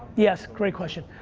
yes, great question.